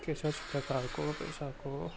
के छ सरकारको पैसाको